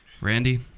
Randy